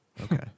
Okay